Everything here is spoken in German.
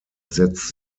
setzt